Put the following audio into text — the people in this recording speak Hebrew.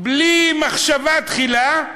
בלי מחשבה תחילה,